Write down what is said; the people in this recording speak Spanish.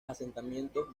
asentamientos